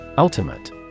Ultimate